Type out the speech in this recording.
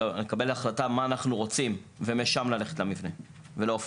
להחליט מה אנחנו רוצים ומשם ללכת למבנה ולא הפוך.